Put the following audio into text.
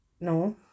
No